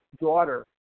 daughter